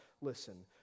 listen